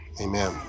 Amen